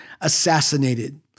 assassinated